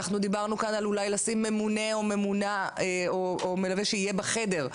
דיברנו כאן אולי לשים ממונה או ממונה מלווה שיהיה בחדר,